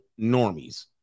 normies